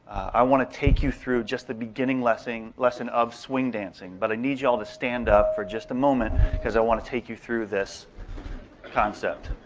i want to take you through just the beginning lesson lesson of swing dancing. but i need you all to stand up for just a moment because i want to take you through this concept.